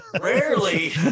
Rarely